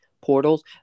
portals